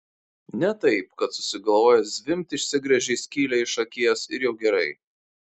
ne taip kad susigalvojęs zvimbt išsigręžei skylę iš akies ir jau gerai